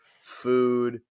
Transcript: food